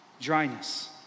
Dryness